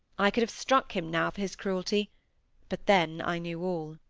i could have struck him now for his cruelty but then i knew all.